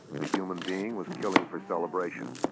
the human being was killing for celebration,